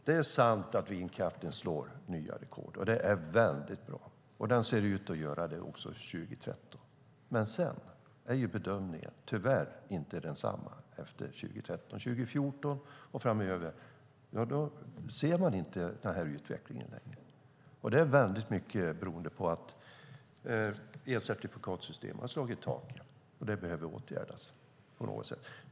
Det är sant att vindkraften slår nya rekord, och det är väldigt bra. Den ser ut att göra det också 2013. Men efter 2013 är bedömningen tyvärr inte densamma. År 2014 och framöver ser man inte den här utvecklingen längre. Det är väldigt mycket beroende på att elcertifikatssystemet har slagit i taket, och det behöver åtgärdas på något sätt.